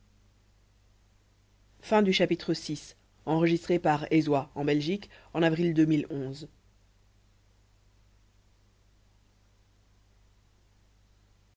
en coeur de